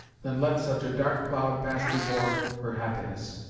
than let such a dark cloud pass before her happiness.